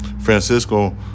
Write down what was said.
Francisco